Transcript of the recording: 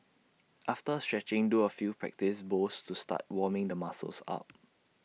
after stretching do A few practice bowls to start warming the muscles up